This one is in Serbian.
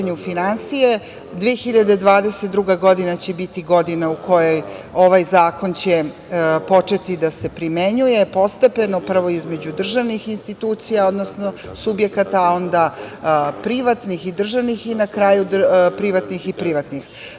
u pitanju finansije. Godina 2022. će biti godina u kojoj će ovaj zakon početi da se primenjuje postepeno, prvo između državnih institucija, odnosno subjekata, a onda privatnih i državnih i na kraju privatnih i privatnih. Ovo